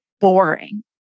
boring